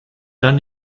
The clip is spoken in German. dann